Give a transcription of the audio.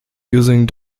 using